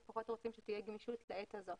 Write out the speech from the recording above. לפחות רוצים שתהיה גמישות לעת הזאת.